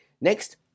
Next